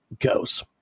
goes